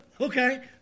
Okay